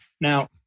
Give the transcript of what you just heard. Now